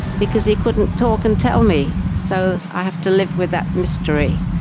because he couldn't talk and tell me, so i have to live with that mystery.